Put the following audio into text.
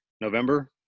November